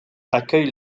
accueille